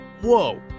whoa